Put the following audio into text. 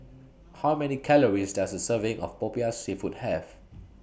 How Many Calories Does A Serving of Popiah Seafood Have